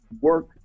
work